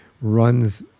runs